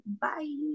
bye